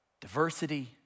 diversity